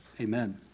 Amen